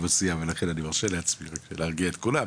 לכן אני מרשה לעצמי להרגיע את כולם.